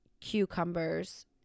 cucumbers